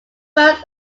first